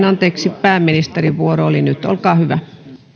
anteeksi pääministerin vuoro oli nyt olkaa hyvä